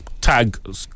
tag